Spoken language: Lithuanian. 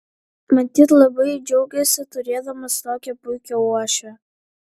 matyt labai džiaugiasi turėdamas tokią puikią uošvę